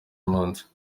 umunsi